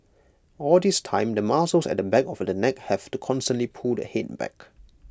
all this time the muscles at the back of the neck have to constantly pull the Head back